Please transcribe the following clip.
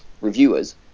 reviewers